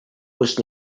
was